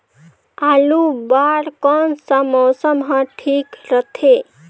आलू बार कौन सा मौसम ह ठीक रथे?